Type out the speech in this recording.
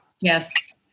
Yes